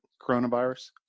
coronavirus